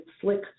slick